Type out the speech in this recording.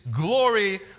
glory